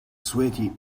sweaty